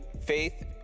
Faith